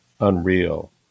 unreal